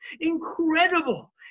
Incredible